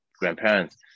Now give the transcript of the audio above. grandparents